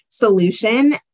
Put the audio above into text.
solution